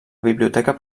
biblioteca